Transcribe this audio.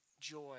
joy